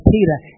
Peter